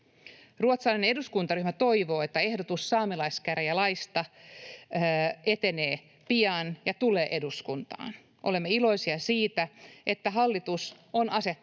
Ruotsalainen eduskuntaryhmä toivoo, että ehdotus saamelaiskäräjälaista etenee pian ja tulee eduskuntaan. Olemme iloisia siitä, että hallitus on asettanut